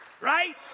Right